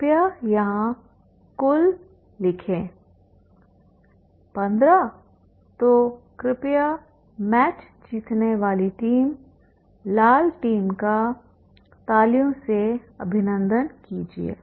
कृपया यहां कुल लिखें 15 तो कृपया मैच जीतने वाली लाल टीम का तालियों से अभिनंदन कीजिए